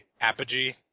Apogee